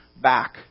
back